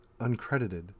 uncredited